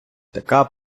така